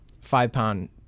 five-pound